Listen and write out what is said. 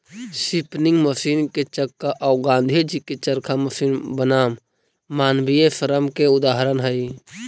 spinning machine के चक्का औ गाँधीजी के चरखा मशीन बनाम मानवीय श्रम के उदाहरण हई